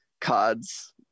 cards